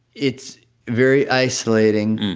it's very isolating.